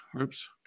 Oops